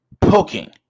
poking